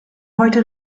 heute